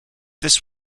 this